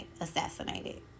assassinated